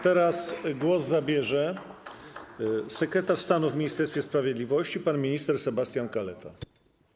Teraz głos zabierze sekretarz stanu w Ministerstwie Sprawiedliwości pan minister Sebastian Kaleta.